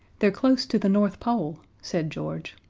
they're close to the north pole, said george.